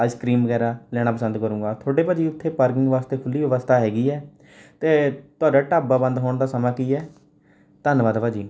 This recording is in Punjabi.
ਆਈਸ ਕ੍ਰੀਮ ਵਗੈਰਾ ਲੈਣਾ ਪਸੰਦ ਕਰੂੰਗਾ ਤੁਹਾਡੇ ਭਾਅ ਜੀ ਉੱਥੇ ਪਾਰਕਿੰਗ ਵਾਸਤੇ ਖੁੱਲ੍ਹੀ ਵਿਵਸਥਾ ਹੈਗੀ ਹੈ ਅਤੇ ਤੁਹਾਡਾ ਢਾਬਾ ਬੰਦ ਹੋਣ ਦਾ ਸਮਾਂ ਕੀ ਹੈ ਧੰਨਵਾਦ ਭਾਅ ਜੀ